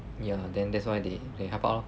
ya then that's why they they help out orh